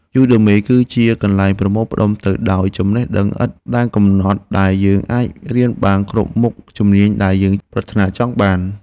យូដឺមី គឺជាកន្លែងប្រមូលផ្តុំទៅដោយចំណេះដឹងឥតដែនកំណត់ដែលយើងអាចរៀនបានគ្រប់មុខជំនាញដែលយើងប្រាថ្នាចង់បាន។